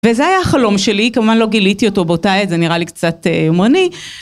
וזה היה החלום שלי, כמובן לא גיליתי אותו באותה עת, זה נראה לי קצת יומרני.